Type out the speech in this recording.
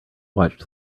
watched